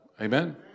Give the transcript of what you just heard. Amen